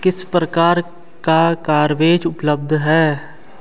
किस प्रकार का कवरेज उपलब्ध है?